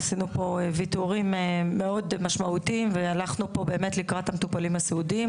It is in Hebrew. עשינו כאן ויתורים מאוד משמעותיים והלכנו לקראת המטופלים הסיעודיים.